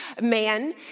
man